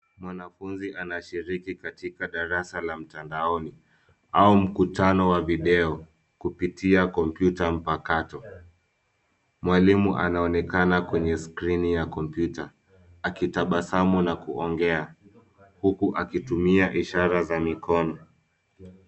Mwanafunzi anashikiri katika darasa la mtandaoni au mkutano wa video kupitia kompyuta mpakato. Mwalimu anaonekana kwenye skrini ya kompyuta akitabasamu na kuongea huku akitumia ishara za mikono.